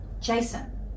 Jason